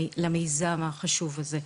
למיזם החשוב הזה.